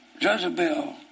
Jezebel